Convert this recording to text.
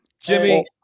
Jimmy